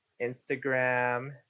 Instagram